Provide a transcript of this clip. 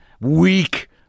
weak